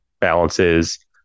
balances